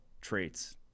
traits